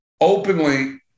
openly